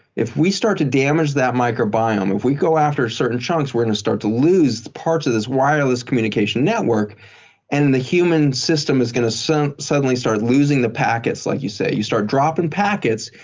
if we start to damage that microbiome. if we go after certain chunks, we're going to start to lose the parts of this wireless communication network and the human system is going to so suddenly start losing the packets, like you say. you start dropping packets,